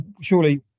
surely